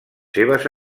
seves